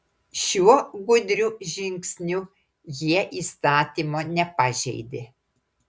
šiuo gudriu žingsniu jie įstatymo nepažeidė